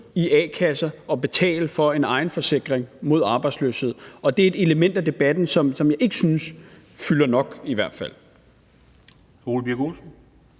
en a-kasse og betale for en egenforsikring mod arbejdsløshed. Og det er et element af debatten, som jeg i hvert fald